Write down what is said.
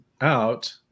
out